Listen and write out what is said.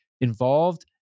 involved